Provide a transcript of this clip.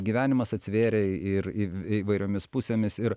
gyvenimas atsivėrė ir įv įvairiomis pusėmis ir